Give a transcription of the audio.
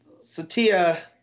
Satya